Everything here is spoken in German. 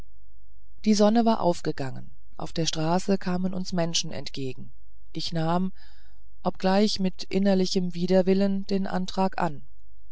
die sonne war aufgegangen auf der straße kamen uns menschen entgegen ich nahm obgleich mit innerlichem widerwillen den antrag an